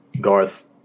Garth